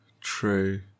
True